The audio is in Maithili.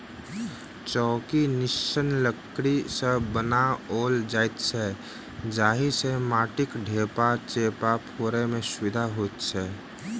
चौकी निस्सन लकड़ी सॅ बनाओल जाइत छै जाहि सॅ माटिक ढेपा चेपा फोड़य मे सुविधा होइत छै